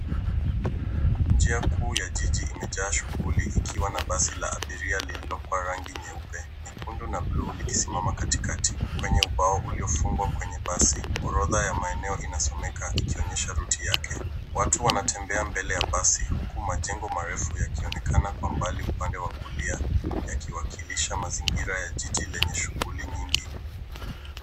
Njia kuu ya jiji imejaa shughuli ikiwa na basi la abiria lililopakwa rangi nyeupe, nyekundu na bluu likisimama katikati. Kwenye ubao uliofungwa kwenye basi, orodha ya maeneo inasomeka ikionyesha ruti yake. Watu wanatembea mbele ya basi huku majengo marefu yakionekana kwa mbali upande wa kulia, yakiwakilisha mazingira ya jiji lenye shughuli nyingi.